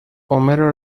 homero